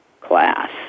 class